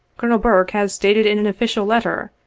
colonel burke has stated in an official letter,